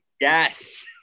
Yes